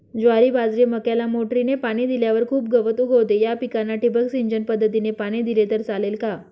ज्वारी, बाजरी, मक्याला मोटरीने पाणी दिल्यावर खूप गवत उगवते, या पिकांना ठिबक सिंचन पद्धतीने पाणी दिले तर चालेल का?